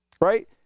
Right